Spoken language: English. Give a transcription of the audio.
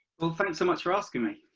thanks so much for asking me.